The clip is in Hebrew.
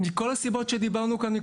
מכל הסיבות שדיברנו כאן מקודם.